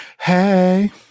Hey